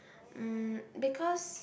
mm because